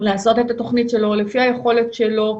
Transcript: לעשות את התכנית שלו לפי היכולת שלו.